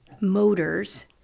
motors